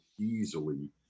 easily